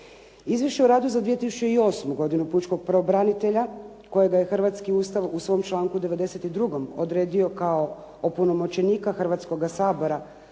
Izvješće o radu za 2008. godinu pučkog pravobranitelja kojega je hrvatski Ustav u svom članku 92. odredio kao opunomoćenika Hrvatskoga sabora